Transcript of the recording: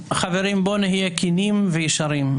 חברים, בואו נהיה כנים וישרים.